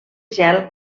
gel